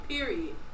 Period